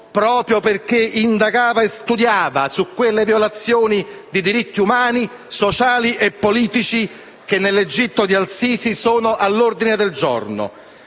proprio perché indagava e studiava su quelle violazioni di diritti umani, sociali e politici che nell'Egitto di al-Sisi sono all'ordine del giorno.